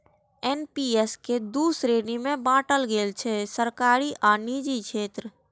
NPS कें दू श्रेणी मे बांटल गेल छै, सरकारी आ निजी क्षेत्र